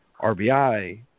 RBI